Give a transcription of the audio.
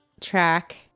track